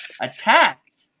attacked